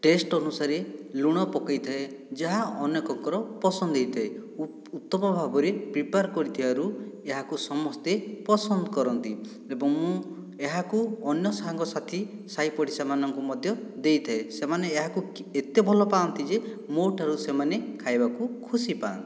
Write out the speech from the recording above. test ଅନୁସାରେ ଲୁଣ ପକାଇଥାଏ ଯାହା ଅନେକଙ୍କର ପସନ୍ଦ ହୋଇଥାଏ ଓ ଉତ୍ତମ ଭାବରେ ପ୍ରିପେୟାର କରିଥିବାରୁ ଏହାକୁ ସମସ୍ତେ ପସନ୍ଦ କରନ୍ତି ଏବଂ ମୁଁ ଏହାକୁ ଅନ୍ୟ ସାଙ୍ଗସାଥି ସାହି ପଡ଼ିଶାମାନଙ୍କୁ ମଧ୍ୟ ଦେଇଥାଏ ସେମାନେ ଏହାକୁ କି ଏତେ ଭଲ ପାଆନ୍ତି ଯେ ମୋ' ଠାରୁ ସେମାନେ ଖାଇବାକୁ ଖୁସି ପାଆନ୍ତି